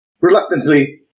reluctantly